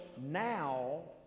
now